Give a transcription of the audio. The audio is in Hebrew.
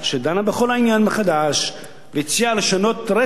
העניין מחדש והציעה לשנות רטרואקטיבית